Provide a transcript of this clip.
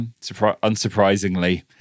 unsurprisingly